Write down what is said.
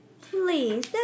Please